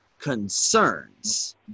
concerns